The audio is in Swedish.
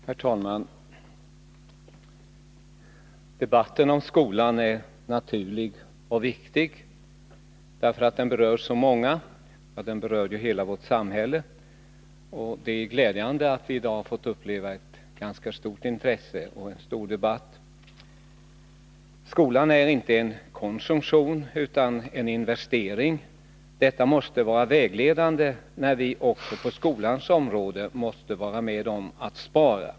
Herr talman! Debatten om skolan är naturlig och viktig därför att den berör så många — den berör ju hela vårt samhälle. Det är glädjande att vi i dag har fått uppleva ett stort intresse och en ganska lång debatt. Skolan innebär inte konsumtion utan investering. Detta måste vara vägledande när vi också på skolans område skall vara med om att spara.